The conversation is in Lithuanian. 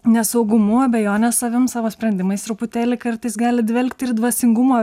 nesaugumu abejone savim savo sprendimais truputėlį kartais gali dvelkti ir dvasingumo